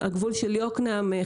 הגבול של יוקנעם-חיפה,